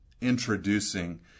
introducing